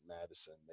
Madison